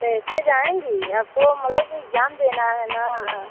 कैसे जाएँगी आपको मतलब एग्जाम देना है ना